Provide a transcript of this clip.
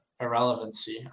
irrelevancy